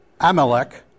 Amalek